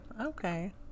Okay